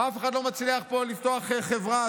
אף אחד לא מצליח לפתוח פה חברה,